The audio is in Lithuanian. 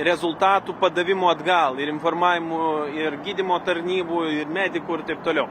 rezultatų padavimu atgal ir informavimu ir gydymo tarnybų ir medikų ir taip toliau